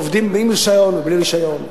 שעובדים עם רשיון ובלי רשיון,